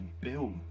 build